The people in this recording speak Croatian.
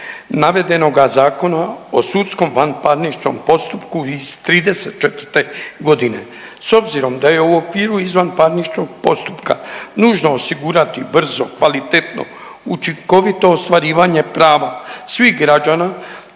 navedenoga Zakona o sudskom vanparničnom postupku iz '34.g.. S obzirom da je u okviru izvanparničnog postupka nužno osigurati brzo, kvalitetno i učinkovito ostvarivanje prava svih građana,